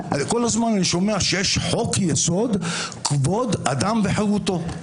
שומע שיש חוק יסוד: כבוד האדם וחירותו.